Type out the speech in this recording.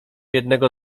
jednego